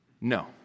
No